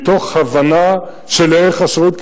מתוך הבנה של ערך השירות,